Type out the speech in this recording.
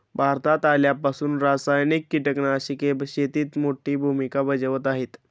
भारतात आल्यापासून रासायनिक कीटकनाशके शेतीत मोठी भूमिका बजावत आहेत